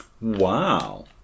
Wow